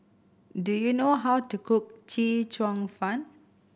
do you know how to cook Chee Cheong Fun